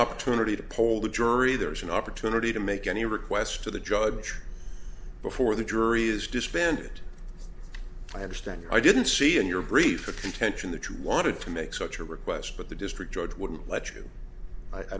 opportunity to poll the jury there's an opportunity to make any requests to the judge before the jury is disbanded i understand i didn't see in your brief the contention that you wanted to make such a request but the district judge wouldn't let you i